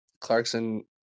Clarkson